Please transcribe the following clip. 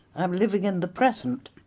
i'm living in the present,